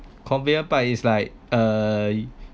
convenient part is like uh